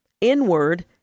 Inward